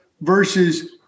versus